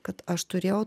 kad aš turėjau